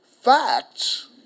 facts